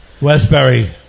Westbury